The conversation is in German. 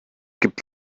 gibt